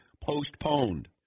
Postponed